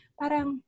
parang